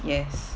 yes